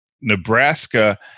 nebraska